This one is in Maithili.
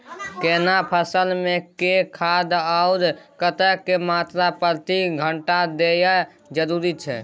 केना फसल मे के खाद आर कतेक मात्रा प्रति कट्ठा देनाय जरूरी छै?